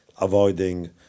avoiding